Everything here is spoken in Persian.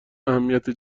اهمیت